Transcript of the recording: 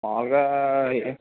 మామూలుగా